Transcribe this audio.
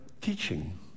teaching